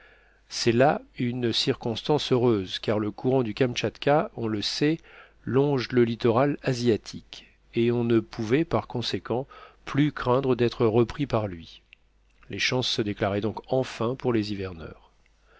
c'était là une circonstance heureuse car le courant du kamtchatka on le sait longe le littoral asiatique et on ne pouvait par conséquent plus craindre d'être repris par lui les chances se déclaraient donc enfin pour les hiverneurs